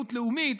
הפקרות לאומית,